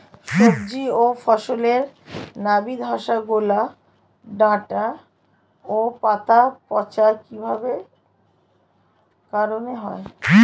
সবজি ও ফসলে নাবি ধসা গোরা ডাঁটা ও পাতা পচা কি কারণে হয়?